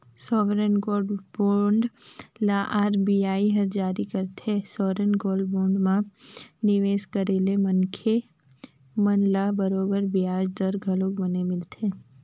sovereign gold bond ल RBI हर जारी करथे, सॉवरेन गोल्ड बांड म निवेस करे ले मनखे मन ल बरोबर बियाज दर घलोक बने मिलथे